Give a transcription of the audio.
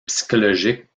psychologiques